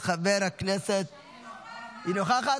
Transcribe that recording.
היא נוכחת.